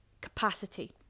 capacity